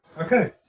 Okay